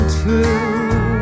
true